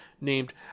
named